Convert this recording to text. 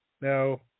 Now